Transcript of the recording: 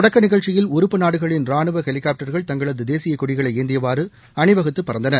தொடக்க நிகழ்ச்சியில் உறுப்பு நாடுகளின் ரானுவ ஹெலிகாப்டர்கள் தங்களது தேசிய கொடிகளை ஏந்தியவாறு அணி வகுத்து பறந்தன